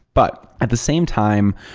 but at the same time,